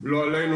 לא עלינו,